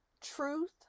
truth